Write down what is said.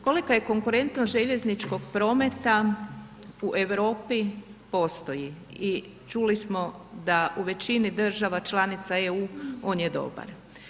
Kolika je konkurentnost željezničkog prometa u Europi postoji i čuli smo da u većini država članica EU on je dobar.